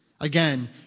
Again